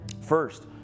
First